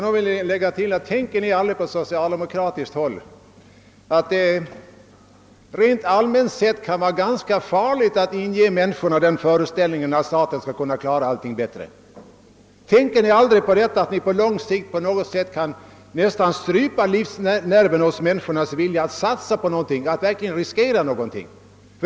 Jag skulle vilja tillägga: Tänker ni på socialdemokratiskt håll aldrig på att det rent allmänt sett kan vara ganska farligt att inge människorna föreställningen, att staten kan sköta allting bättre än den enskilde? Tänker ni aldrig på att ni därigenom på lång sikt kan strypa människornas vilja att satsa på någonting och att verkligen vilja riskera någonting?